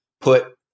put